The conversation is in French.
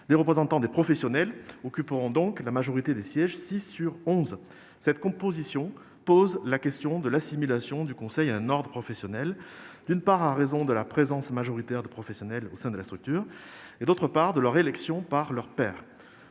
Les représentants des professionnels occuperont donc la majorité des sièges, soit six des onze sièges. Cette composition pose la question de l'assimilation du Conseil à un ordre professionnel, en raison de la présence majoritaire de professionnels au sein de la structure, d'une part, de leur élection par leurs pairs,